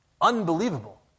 unbelievable